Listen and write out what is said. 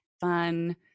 fun